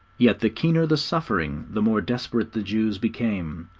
yet the keener the suffering, the more desperate the jews became.